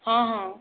ହଁ ହଁ